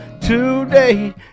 today